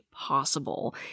possible